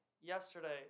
yesterday